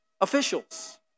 officials